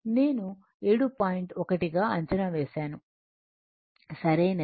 1గా అంచనా వేశాను సరైనది మరియు ఈ కోణం 45o